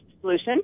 solution